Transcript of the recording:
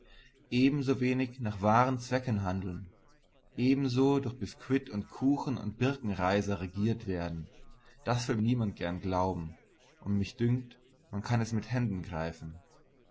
ebensowenig nach wahren zwecken handeln ebenso durch biskuit und kuchen und birkenreiser regiert werden das will niemand gern glauben und mich dünkt man kann es mit händen greifen